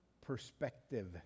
Perspective